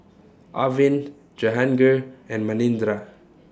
Arvind Jehangirr and Manindra